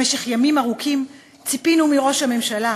במשך ימים ארוכים ציפינו מראש הממשלה,